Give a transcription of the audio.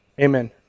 amen